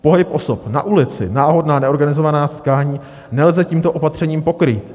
Pohyb osob na ulici, náhodná neorganizovaná setkání nelze tímto opatřením pokrýt.